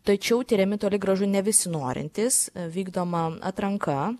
tačiau tiriami toli gražu ne visi norintys vykdoma atranka